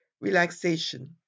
relaxation